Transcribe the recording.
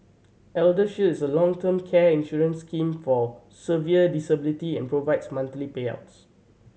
Elder Shield is a long term care insurance scheme for severe disability and provides monthly payouts